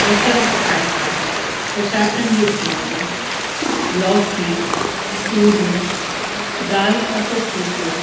बसर पटाटा पटाटनि जो फुल्को लौकी तुरियू दालि पातो फुल्को